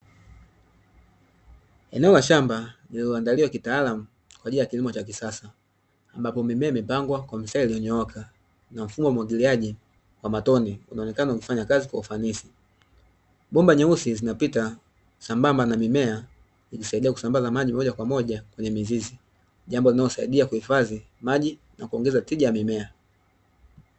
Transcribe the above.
Eneo la shamba lililoandaliwa kitaalamu kwa ajili ya kilimo cha kisasa ambao mimea imepangwa kwa mstari ulionyooka na mfumo wa umwagiliaji wa matone unaonekana ukifanya kazi kwa ufanisi, bomba nyeusi zimepita sambamba na mimea zikisaidia kusambaza maji moja kwa moja kwenye mizizi jambo linalosaidia kuhifadhi maji na kuongeza tija kwenye mimea.